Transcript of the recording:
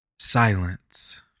Silence